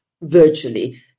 virtually